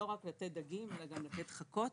לא רק לתת דגים אלא גם לתת חכות